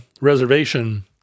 reservation